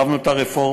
הרחבנו את הרפורמה.